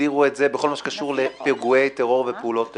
בכל מה שקשור לפיגועי טרור ופעולות טרור.